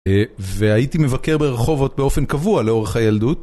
והייתי מבקר ברחובות באופן קבוע לאורך הילדות.